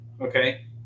okay